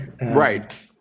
Right